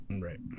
Right